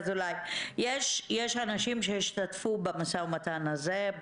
יש אנשים שהשתתפו במשא-ומתן הזה,